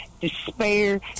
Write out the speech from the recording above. despair